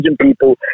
people